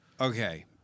Okay